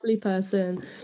person